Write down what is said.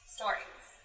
Stories